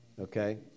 Okay